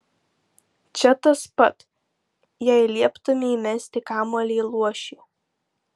čia tas pat jei lieptumei mesti kamuolį luošiui